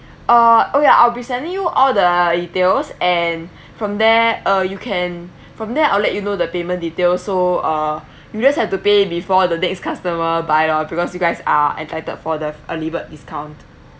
uh oh ya I'll be sending you all the details and from there uh you can from there I'll let you know the payment detail so uh you just have to pay before the next customer buy lor because you guys are entitled for the early bird discount